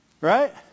Right